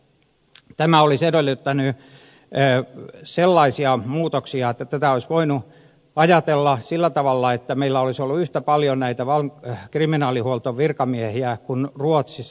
tämä olisi edellyttänyt sellaisia muutoksia että tätä olisi voinut ajatella sillä tavalla että meillä olisi ollut yhtä paljon näitä kriminaalihuoltovirkamiehiä kuin ruotsissa